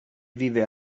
vive